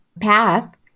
path